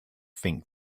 think